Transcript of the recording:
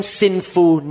sinful